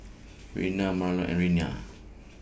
Rona Marlon and Reyna